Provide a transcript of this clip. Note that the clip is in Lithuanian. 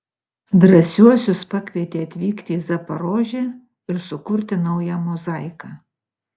drąsiuosius pakvietė atvykti į zaporožę ir sukurti naują mozaiką